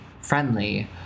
friendly